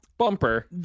Bumper